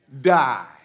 die